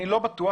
אני לא בטוח,